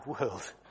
world